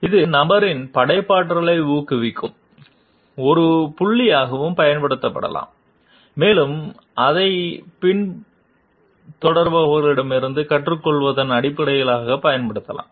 இது நபரின் படைப்பாற்றலை ஊக்குவிக்கும் ஒரு புள்ளியாகவும் பயன்படுத்தப்படலாம் மேலும் அதைப் பின்தொடர்பவர்களிடமிருந்து கற்றுக்கொள்வதன் அடிப்படையில் பயன்படுத்தலாம்